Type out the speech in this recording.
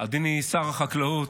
אדוני שר החקלאות,